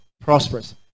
prosperous